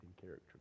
character